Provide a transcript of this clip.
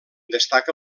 destaca